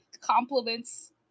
compliments